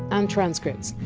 um transcripts,